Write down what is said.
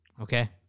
Okay